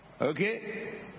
Okay